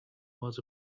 was